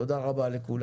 תודה רבה לכולכם.